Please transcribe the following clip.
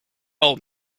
old